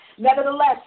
nevertheless